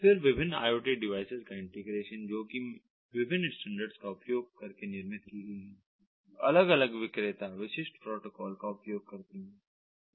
फिर विभिन्न IoT devices का इंटीग्रेशन जो कि विभिन्न स्टैंडर्ड्स का उपयोग करके निर्मित की गई हैं जो अलग अलग विक्रेता विशिष्ट प्रोटोकॉल का उपयोग करती है